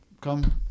come